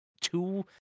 Two